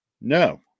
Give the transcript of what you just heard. No